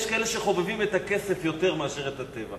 יש כאלה שחובבים את הכסף יותר מאשר את הטבע.